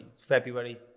February